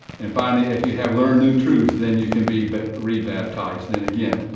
and finally, if you have learned new truth, then you can be but rebaptized. then again,